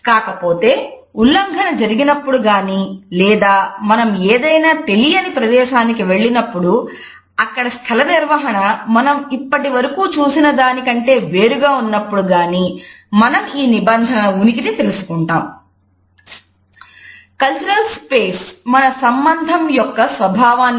కాకపోతే ఉల్లంఘన జరిగినప్పుడు గానీ లేదా మనం ఏదైనా తెలియని ప్రదేశానికి వెళ్ళినప్పుడు అక్కడి స్థలనిర్వహణ మనం ఇప్పటివరకు చూసిన దానికంటే వేరుగా ఉన్నప్పుడు గానీ మనం ఈ నిబంధనల ఉనికిని తెలుసుకుంటాం